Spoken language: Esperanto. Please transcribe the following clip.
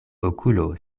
okulo